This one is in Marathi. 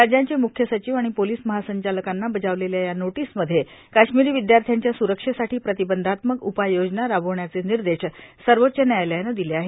राज्यांचे मुख्य सचिव आणि पोलिस महासंचालकांना बजावलेल्या या नोटीसमध्ये काश्मिरी विद्यार्थ्यांच्या स्रक्षेसाठी प्रतिबंधात्मक उपाययोजना राबवण्याचे निर्देश सर्वोच्च न्यायालयानं दिले आहेत